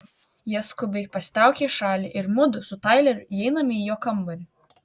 jie skubiai pasitraukia į šalį ir mudu su taileriu įeiname į jo kambarį